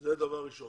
זה דבר ראשון.